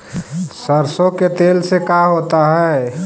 सरसों के तेल से का होता है?